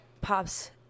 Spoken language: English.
pops